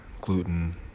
gluten